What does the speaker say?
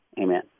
amen